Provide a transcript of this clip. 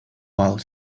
while